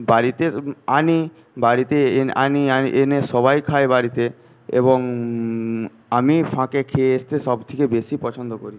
বাড়িতে আনি বাড়িতে আনি আর এনে সবাই খায় বাড়িতে এবং আমি ফাঁকে খেয়ে আসতে সব থেকে বেশী পছন্দ করি